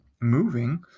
moving